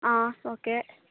okay